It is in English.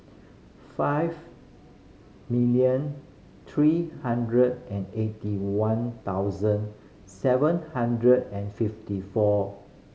five million three hundred and eighty one thousand seven hundred and fifty four